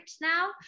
now